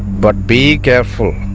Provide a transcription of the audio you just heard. but be careful,